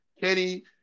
Kenny